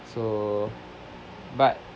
so but